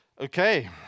Okay